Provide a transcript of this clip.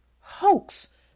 hoax